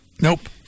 Nope